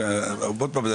עוד פעם,